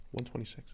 126